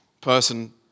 person